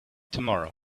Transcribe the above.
tomorrow